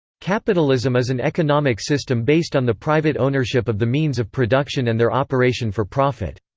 capitalism is an economic system based on the private ownership of the means of production and their operation for profit.